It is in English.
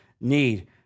need